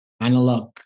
analog